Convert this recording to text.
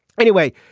anyway,